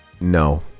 No